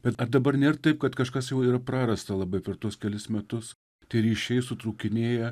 bet ar dabar nėr taip kad kažkas jau yra prarasta labai per tuos kelis metus tie ryšiai sutrūkinėję